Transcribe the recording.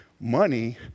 money